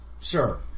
Sure